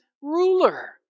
ruler